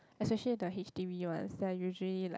especially the H_D_B ones they are usually like